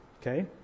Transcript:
okay